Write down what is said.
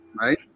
right